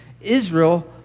Israel